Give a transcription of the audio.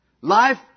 Life